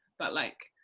but like,